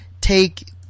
take